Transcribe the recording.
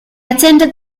attended